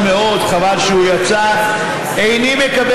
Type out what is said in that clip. תמר זנדברג, איננה.